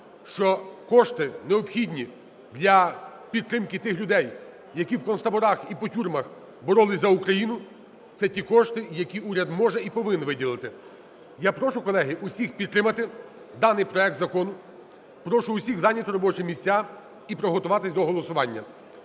що кошти, необхідні для підтримки тих людей, які в концтаборах і по тюрмах боролися за Україну, це ті кошти, які уряд може і повинен виділити. Я прошу, колеги, усіх підтримати даний проект Закону. Прошу всіх зайняти робочі місця і приготуватися до голосування.